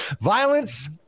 Violence